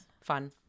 fun